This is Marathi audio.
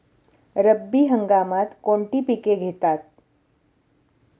रब्बी हंगामात कोणती पिके घेतात?